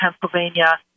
Pennsylvania